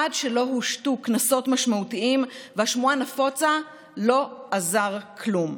עד שלא הושתו קנסות משמעותיים והשמועה נפוצה לא עזר כלום.